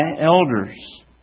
elders